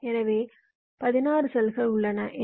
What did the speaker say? எனவே 16 செல்கள் உள்ளன